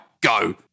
Go